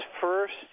first